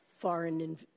foreign